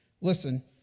Listen